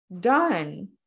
done